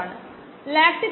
3 by 10 ഉം 0